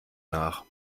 nach